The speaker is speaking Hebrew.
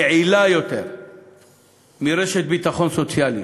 והיא יעילה יותר מרשת ביטחון סוציאלית,